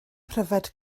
pryfed